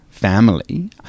Family